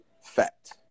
fact